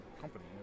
company